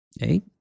Eight